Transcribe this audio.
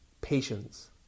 patience